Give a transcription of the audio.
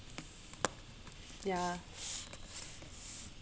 ya